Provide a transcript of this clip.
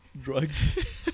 drugs